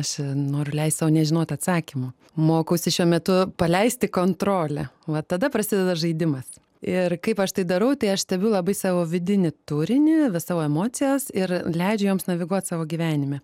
aš noriu leist sau nežinot atsakymų mokausi šiuo metu paleisti kontrolę va tada prasideda žaidimas ir kaip aš tai darau tai aš stebiu labai savo vidinį turinį savo emocijas ir leidžiu joms naviguot savo gyvenime